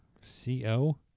C-O